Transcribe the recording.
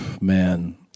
Man